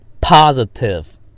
Positive